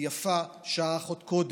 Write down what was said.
ויפה שעה אחת קודם.